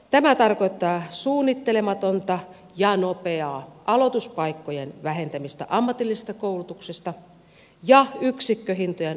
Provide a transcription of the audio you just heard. tämä tarkoittaa suunnittelematonta ja nopeaa aloituspaikkojen vähentämistä ammatillisesta koulutuksesta ja yksikköhintojen alentamista lukiokoulutuksessa